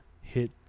hit